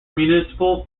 municipal